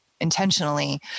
intentionally